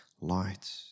light